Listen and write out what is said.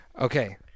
Okay